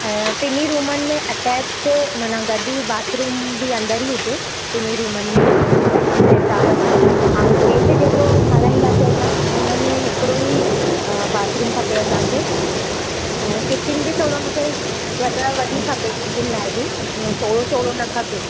ऐं टिन्ही रूमनि में अटैच ते माना गॾु ई बाथरूम बि अंदरि ई हुजे टिन्ही रूमनि में हुन हिसाब सां ऐं हेठि जेको ठाहिराईंदासीं असां हुन में हिकिड़ो ई बाथरूम खपे असांखे ऐं किचन बि थोरो मूंखे जॻह वॾी खपे किचन लाइ बि इअं थोरो थोरो न खपे